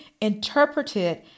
interpreted